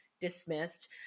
dismissed